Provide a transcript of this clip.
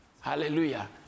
Hallelujah